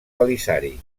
belisari